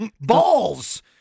balls